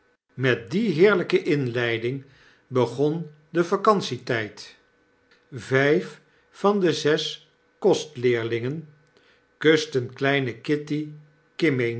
met die heerlijke inleiding begon de vacantietjjd vyf van de zes kostleerlingen kusten kleine